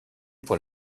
pour